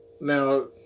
now